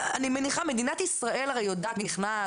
מדינת ישראל הרי יודעת מי נכנס,